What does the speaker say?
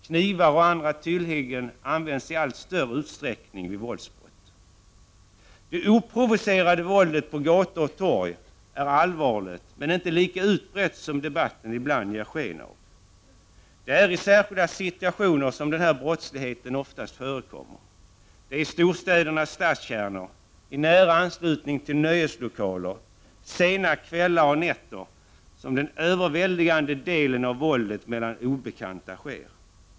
Knivar och andra tillhyggen används i allt större utsträckning vid våldsbrott. Det oprovocerade våldet på gator och torg är allvarligt, men det är inte lika utbrett som debatten ibland ger sken av. Det är i särskilda situationer som denna brottslighet oftast förekommer. Det är i storstädernas stadskärnor, i nära anslutning till nöjeslokaler, under sena kvällar och nätter som den överväldigande delen av våldet mellan obekanta sker.